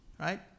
right